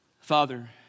Father